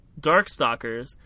Darkstalkers